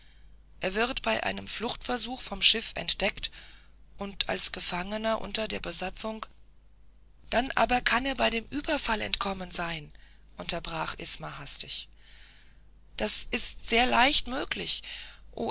er wird bei einem fluchtversuch vom schiff entdeckt und als gefangener unter der besatzung dann aber kann er bei dem überfall entkommen sein unterbrach isma hastig das ist sehr leicht möglich